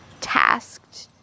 tasked